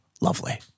Lovely